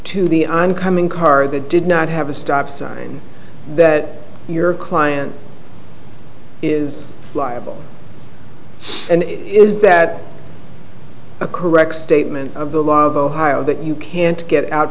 to the on coming car that did not have a stop sign that your client is liable and is that a correct statement of the law of ohio that you can't get out